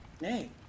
Nay